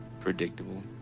predictable